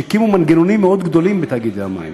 הקימו מנגנונים מאוד גדולים בתאגידי המים.